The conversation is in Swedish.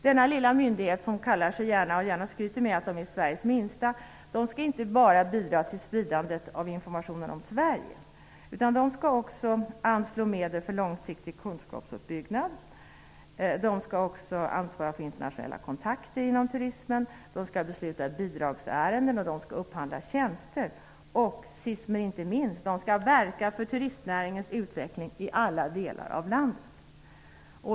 Denna lilla myndighet, som gärna skryter med att den är Sveriges minsta, skall inte bara bidra till spridandet av informationen om Sverige utan skall också anslå medel till långsiktig kunskapsuppbyggnad, ansvara för internationella kontakter inom turismen, besluta i bidragsärenden, upphandla tjänster och, sist men inte minst, verka för turistnäringens utveckling i alla delar av landet.